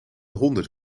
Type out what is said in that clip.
honderd